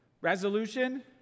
Resolution